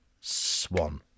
Swan